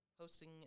hosting